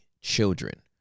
children